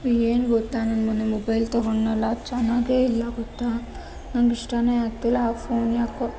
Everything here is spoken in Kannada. ಏನು ಗೊತ್ತಾ ನಾನು ಮೊನ್ನೆ ಮೊಬೈಲ್ ತೊಗೊಂಡ್ನಲ್ಲ ಅದು ಚೆನ್ನಾಗೇ ಇಲ್ಲ ಗೊತ್ತಾ ನಂಗಿಷ್ಟಾನೇ ಆಗ್ತಿಲ್ಲ ಆ ಫೋನ್ ಯಾಕೊ